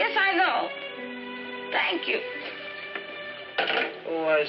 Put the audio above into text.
yes i know thank you